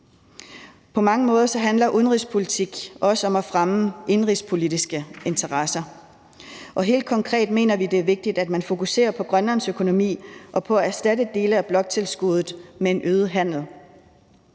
På mange måder handler udenrigspolitik også om at fremme indenrigspolitiske interesser, og helt konkret mener vi, det er vigtigt, at man fokuserer på Grønlands økonomi og på at erstatte dele af bloktilskuddet med en øget handel.